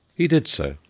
he did so,